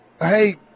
hey